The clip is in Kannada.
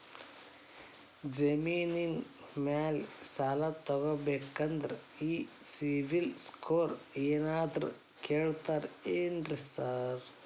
ಜಮೇನಿನ ಮ್ಯಾಲೆ ಸಾಲ ತಗಬೇಕಂದ್ರೆ ಈ ಸಿಬಿಲ್ ಸ್ಕೋರ್ ಏನಾದ್ರ ಕೇಳ್ತಾರ್ ಏನ್ರಿ ಸಾರ್?